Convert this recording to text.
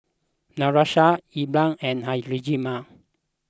Natosha Ellar and Hjalmar